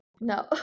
No